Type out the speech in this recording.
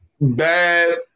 bad